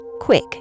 quick